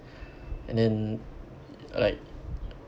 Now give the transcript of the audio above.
and then like